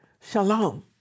Shalom